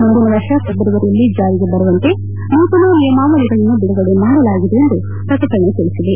ಮುಂದಿನ ವರ್ಷ ಫೆಬ್ರವರಿಯಲ್ಲಿ ಜಾರಿಗೆ ಬರುವಂತೆ ನೂತನ ನಿಯಾಮವಳಿಗಳನ್ನು ಬಿಡುಗಡೆ ಮಾಡಲಾಗಿದೆ ಎಂದು ಪ್ರಕಟಣೆ ತಿಳಿಸಿದೆ